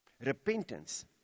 repentance